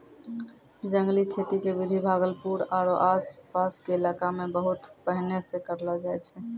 जंगली खेती के विधि भागलपुर आरो आस पास के इलाका मॅ बहुत पहिने सॅ करलो जाय छै